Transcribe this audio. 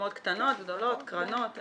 תרומות קטנות, גדולות, קרנות?